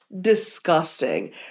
disgusting